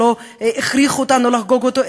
שלא הכריחו אותנו לחגוג אותו,